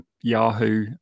yahoo